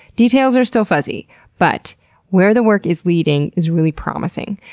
details are still fuzzy but where the work is leading is really promising.